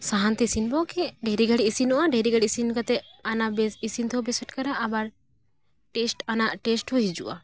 ᱥᱟᱦᱟᱱ ᱛᱮ ᱤᱥᱤᱱᱟᱵᱚ ᱠᱮᱫ ᱰᱷᱮᱨ ᱜᱷᱟᱹᱲᱤᱡ ᱤᱥᱤᱱᱚᱜᱼᱟ ᱰᱷᱮᱨ ᱜᱷᱟᱹᱲᱤᱡ ᱤᱥᱤᱱ ᱠᱟᱛᱮᱫ ᱟᱱᱟ ᱵᱮᱥ ᱤᱥᱤᱱ ᱫᱚᱦᱚ ᱵᱤᱥᱤᱴ ᱠᱟᱱᱟ ᱟᱵᱟᱨ ᱴᱮᱥᱴ ᱟᱱᱟᱜ ᱴᱮᱥᱴ ᱦᱚᱸ ᱦᱤᱡᱩᱜᱼᱟ